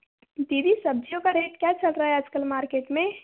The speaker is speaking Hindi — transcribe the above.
दीदी सब्ज़ियों का रेट क्या चल रहा है आज कल मार्केट में